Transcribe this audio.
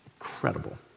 Incredible